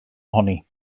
ohoni